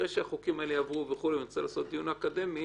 אחרי שהחוקים האלה יעברו וכולי ונרצה לעשות דיון אקדמי,